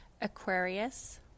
Aquarius